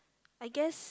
I guess